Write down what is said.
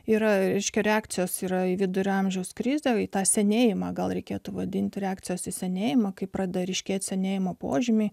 yra reiškia reakcijos yra į vidurio amžiaus krizė į tą senėjimą gal reikėtų vadinti reakcijos į senėjimą kai pradeda ryškėti senėjimo požymiai